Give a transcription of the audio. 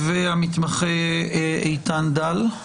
והמתמחה איתן דל.